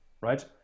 right